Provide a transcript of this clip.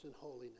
holiness